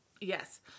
Yes